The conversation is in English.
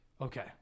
okay